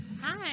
Hi